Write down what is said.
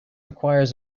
requires